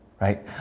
Right